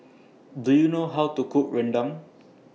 Do YOU know How to Cook Rendang